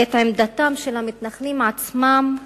את עמדתם של המתנחלים עצמם,